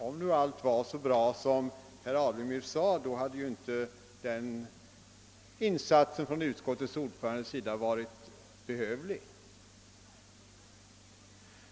Om nu allt var så bra som herr Alemyr ansåg, hade ju inte denna insats av utskottets ordförande varit behövlig.